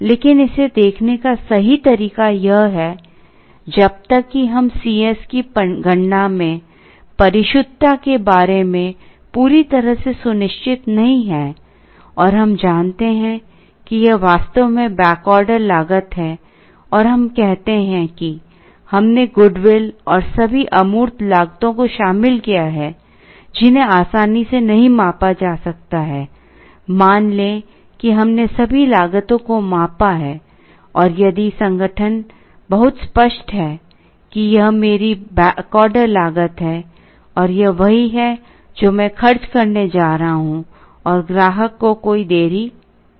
लेकिन इसे देखने का सही तरीका यह है जब तक कि हम Cs की गणना में परिशुद्धता के बारे में पूरी तरह से सुनिश्चित नहीं हैं और हम जानते हैं कि यह वास्तव में बैक ऑर्डर लागत है और हम कहते हैं कि हमने गुडविल और सभी अमूर्त लागतों को शामिल किया है जिन्हें आसानी से नहीं मापा जा सकता है मान लें कि हमने सभी लागतों को मापा है और यदि संगठन बहुत स्पष्ट है कि यह मेरी बैक ऑर्डर लागत है और यह वही है जो मैं खर्च करने जा रहा हूं और ग्राहक को कोई देरी नहीं होगी